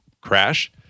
crash